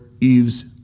Eve's